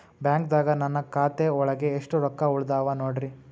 ಬ್ಯಾಂಕ್ದಾಗ ನನ್ ಖಾತೆ ಒಳಗೆ ಎಷ್ಟ್ ರೊಕ್ಕ ಉಳದಾವ ನೋಡ್ರಿ?